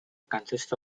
consists